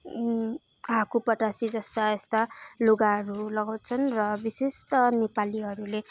हाकुपटासी जस्ता यस्ता लुगाहरू लगाउँछन् विशेषतः नेपालीहरूले